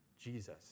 Jesus